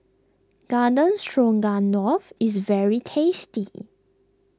Garden Stroganoff is very tasty